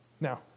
Now